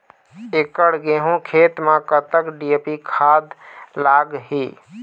एकड़ गेहूं खेत म कतक डी.ए.पी खाद लाग ही?